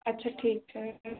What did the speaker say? अच्छा ठीक है